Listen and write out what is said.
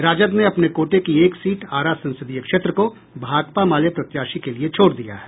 राजद ने अपने कोटे की एक सीट आरा संसदीय क्षेत्र को भाकपा माले प्रत्याशी के लिए छोड़ दिया है